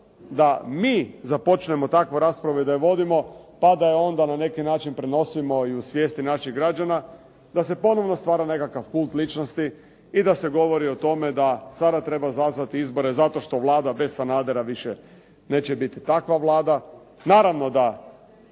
da mi započnemo takvu raspravu i da je vodimo pa da je onda na neki način prenosimo i u svijesti naših građana da se ponovno stvara nekakav kult ličnosti i da se govori o tome da sada treba zazvati izbore zato što Vlada bez Sanadera više neće biti takva Vlada.